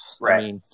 Right